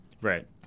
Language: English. Right